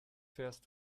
fährst